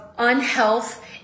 unhealth